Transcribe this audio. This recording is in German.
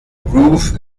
ruth